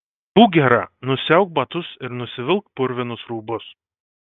būk gera nusiauk batus ir nusivilk purvinus rūbus